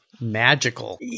magical